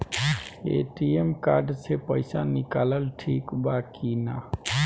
ATM card से पईसा निकालल ठीक बा की ना?